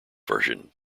version